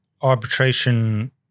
arbitration